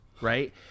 right